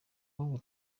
ubu